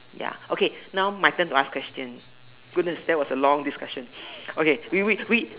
ya okay now my turn to ask question goodness that was a long discussion okay we we we